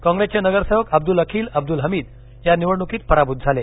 काँग्रेसचे नगरसेवक अब्दुल अखिल अब्दुल हमीद या निवडणुकीत पराभूत झाले